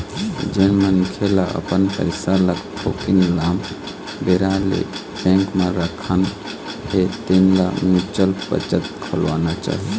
जेन मनखे ल अपन पइसा ल थोकिन लाम बेरा ले बेंक म राखना हे तेन ल म्युचुअल बचत खोलवाना चाही